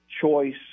choice